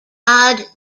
god